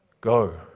go